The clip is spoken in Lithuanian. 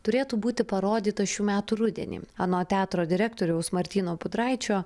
turėtų būti parodyta šių metų rudenį anot teatro direktoriaus martyno budraičio